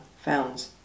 found